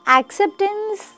acceptance